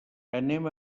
anem